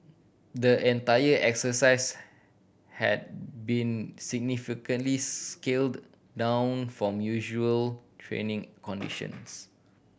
the entire exercise had been significantly scaled down from usual training conditions